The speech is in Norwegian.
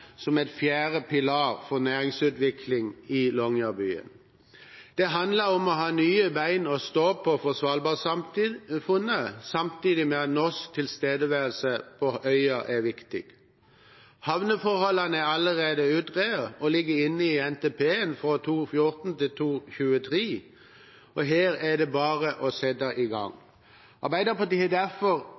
som en fjerde pilar for næringsutvikling i Longyearbyen. Det handler om å ha nye bein å stå på for svalbardsamfunnet, samtidig med at norsk tilstedeværelse på øya er viktig. Havneforholdene er allerede utredet og ligger inne i NTP-en for 2014–2023, og her er det er bare å sette i gang. Arbeiderpartiet har derfor